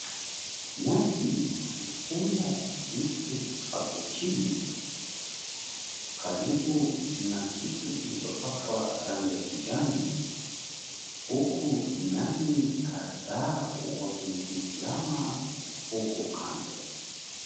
Nyati anakula vitu hapo chini karibu na kitu kilichopakwa rangi ya kijani huku nyani kadhaa wakimtazama huku kando.